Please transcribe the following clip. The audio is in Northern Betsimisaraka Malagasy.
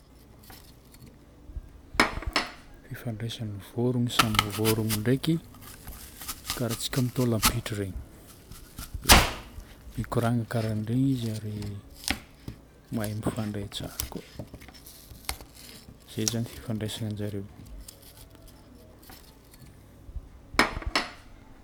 Fifandraisan'ny vorogno samby vorogno ndraiky karaha antsika mitôlampitro zagny. Ya. Mikoragno karaha regny izy ary mahay mifandray tsara koa e. Zay zany fifandraisan zareo.